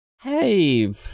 Hey